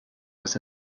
was